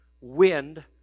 wind